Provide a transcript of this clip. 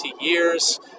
years